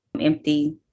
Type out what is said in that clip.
empty